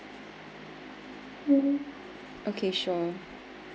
okay sure